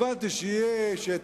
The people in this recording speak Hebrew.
הבנתי שאת